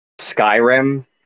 Skyrim